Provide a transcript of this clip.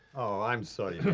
oh, i'm sorry,